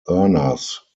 earners